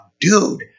Dude